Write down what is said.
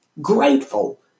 grateful